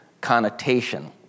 connotation